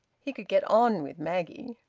he could get on with maggie.